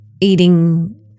eating